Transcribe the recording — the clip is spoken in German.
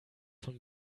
von